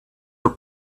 were